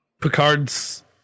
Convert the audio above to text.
Picard's